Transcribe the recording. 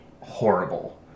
horrible